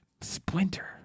Splinter